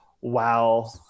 wow